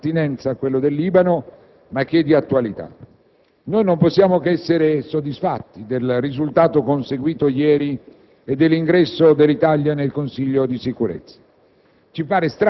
Signor Presidente, riprendo le parole del collega Mannino: ci apprestiamo a votare a favore di questo decreto-legge con molto timore e con molti tremori,